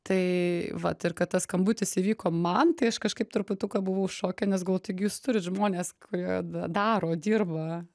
tai vat ir kad tas skambutis įvyko man tai aš kažkaip truputuką buvau šoke nes galvoj taigi jūs turit žmones kurie d daro dirba